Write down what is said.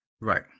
Right